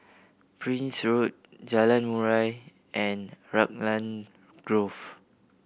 Prince Road Jalan Murai and Raglan Grove